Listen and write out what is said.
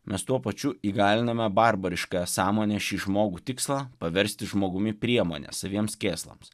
mes tuo pačiu įgaliname barbariškąją sąmonę šį žmogų tikslą paversti žmogumi priemone saviems kėslams